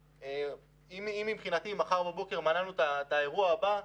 אם מבחינתי מחר בבוקר מנענו את האירוע הבא,